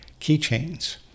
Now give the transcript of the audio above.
keychains